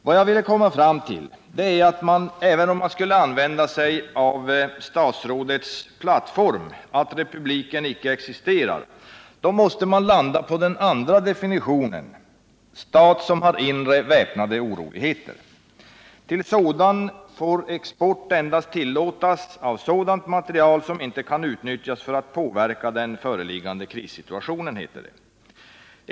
Vad jag ville komma fram till är att även om man skulle använda sig av statsrådets plattform, att republiken inte existerar, så måste man landa på den andra definitionen, ”stat som har inre väpnade oroligheter”. Till sådan får export endast tillåtas av ”sådan materiel som inte kan utnyttjas för att påverka den föreliggande krissituationen”, heter det.